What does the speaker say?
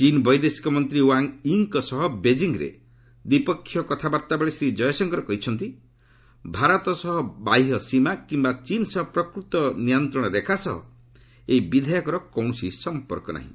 ଚୀନ୍ ବୈଦେଶିକ ମନ୍ତ୍ରୀ ୱାଙ୍ଗ୍ ୱିଙ୍କ ସହ ବେଜିଂରେ ଦ୍ୱିପକ୍ଷିୟ କଥାବାର୍ତ୍ତା ବେଳେ ଶ୍ରୀ ଜୟଶଙ୍କର କହିଛନ୍ତି ଭାରତ ସହ ବାହ୍ୟ ସୀମା କିମ୍ବା ଚୀନ୍ ସହ ପ୍ରକୃତ ନିୟନ୍ତ୍ରଣ ରେଖା ସହ ଏହି ବିଧେୟକର କୌଣସି ସମ୍ପର୍କ ନାହିଁ